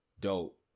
dope